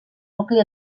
nucli